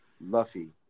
Luffy